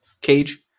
Cage